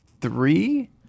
three